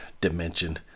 dimension